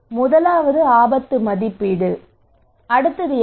முதலாவது ஆபத்து மதிப்பீடு அடுத்தது என்ன